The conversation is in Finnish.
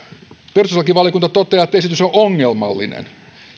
perustuslakivaliokunta toteaa että esitys on on ongelmallinen